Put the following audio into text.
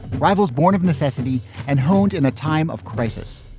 rivals born of necessity and honed in a time of crisis.